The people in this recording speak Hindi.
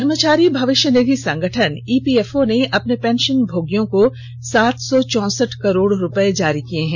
कर्मचारी भविष्य निधि संगठन ई पी एफ ओ ने अपने पेंशन भोगियों को सात सौ चौंसठ करोड़ रुपये जारी किये हैं